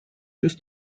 just